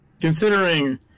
Considering